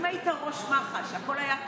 אם היית ראש מח"ש, הכול היה טוב?